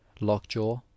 Lockjaw